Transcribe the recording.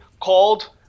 called